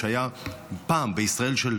שהיה בישראל של פעם,